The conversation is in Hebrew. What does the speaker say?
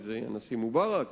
אם זה הנשיא מובארק,